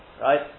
Right